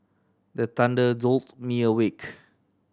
the thunder jolt me awake